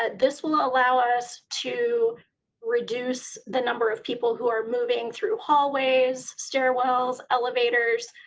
ah this will allow us to reduce the number of people who are moving through hallways, stairwells, elevators,